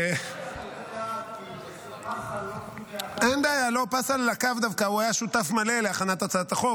כי הצעת חוק לתיקון ולהארכת תוקפן של תקנות שעת חירום (חרבות